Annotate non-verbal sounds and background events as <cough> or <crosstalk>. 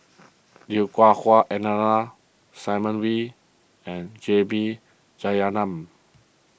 <noise> Lui Hah Wah Elena Simon Wee and J B Jeyaretnam